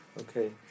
Okay